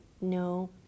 No